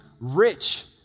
rich